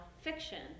fiction